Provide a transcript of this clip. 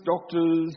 doctors